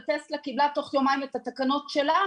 אבל טסלה קיבלה תוך יומיים את התקנה שלה,